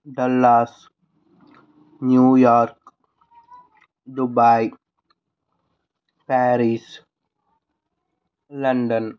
Dallas New York Dubai Paris London